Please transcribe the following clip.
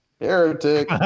Heretic